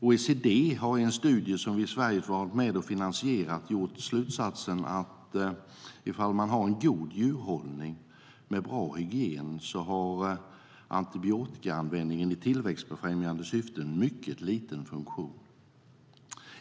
OECD har i en studie som vi i Sverige har varit med att finansiera dragit slutsatsen att ifall man har en god djurhållning med bra hygien har antibiotikaanvändning i tillväxtfrämjande syfte en mycket liten funktion.